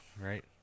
Right